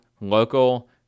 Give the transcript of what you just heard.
local